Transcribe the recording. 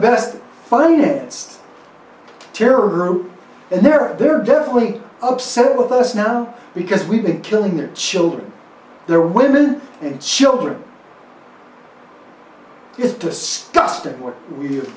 best financed terror group and they're they're definitely upset with us now because we've been killing their children their women and children is what we've